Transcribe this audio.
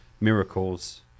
miracles